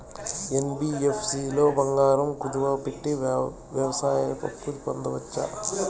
NBFC లో బంగారం కుదువు పెట్టి వ్యవసాయ అప్పు పొందొచ్చా?